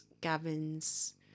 Gavin's